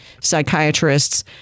psychiatrists